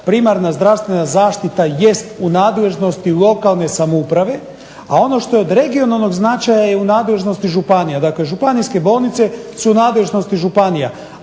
primarna zdravstvena zaštita jest u nadležnosti lokalne samouprave, a ono što je od regionalnog značaja je u nadležnosti županija dakle županijske bolnice su u nadležnosti županija.